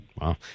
Wow